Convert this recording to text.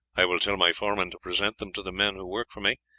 i will tell my foreman to present them to the men who work for me,